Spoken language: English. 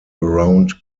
around